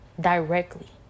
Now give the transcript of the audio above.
directly